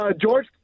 George